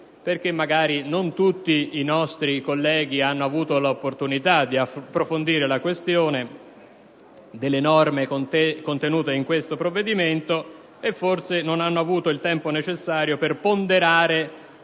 perché, magari, non tutti i nostri colleghi hanno avuto l'opportunità di approfondire la questione delle norme contenute in questo provvedimento e, forse, non hanno avuto il tempo necessario per ponderare